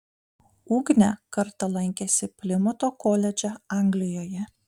ugnė kartą lankėsi plimuto koledže anglijoje